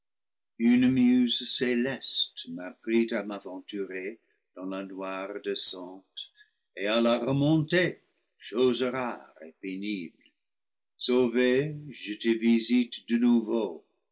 une muse céleste m'apprit à m'aventurer dans la noire descente et à la remonter chose rare et pénible sauvé je te visite de nouveau